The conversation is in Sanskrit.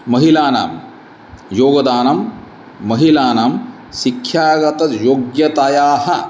महिलानां योगदानं महिलानां शिक्षागतयोग्यतायाः